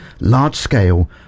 large-scale